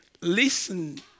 listen